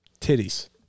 Titties